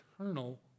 Eternal